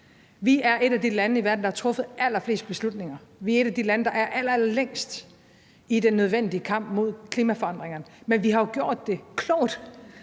Vi er et af de lande i verden, der har truffet allerflest beslutninger på det her område. Vi er et af de lande, der er allerallerlængst i den nødvendige kamp mod klimaforandringerne. Men vi har jo gjort det klogt,